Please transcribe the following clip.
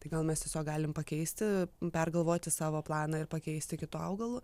tai gal mes tiesiog galim pakeisti pergalvoti savo planą ir pakeisti kitu augalu